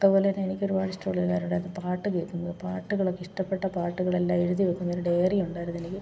അതുപോലെ തന്നെ എനിക്കൊരുപാട് ഇഷ്ടമുള്ള ഒരു കാര്യമുണ്ടായിരുന്നു പാട്ട് കേൾക്കുന്നത് പാട്ടുകളൊക്കെ ഇഷ്ടപ്പെട്ട പാട്ടുകളെല്ലാം എഴുതി വെക്കുന്ന ഒരു ഡയറി ഉണ്ടായിരുന്നെനിക്ക്